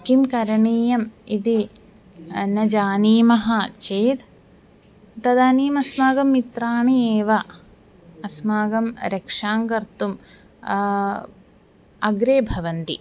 किं करणीयम् इति न जानीमः चेत् तदानीम् अस्माकं मित्राणि एव अस्माकं रक्षां कर्तुम् अग्रे भवन्ति